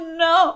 no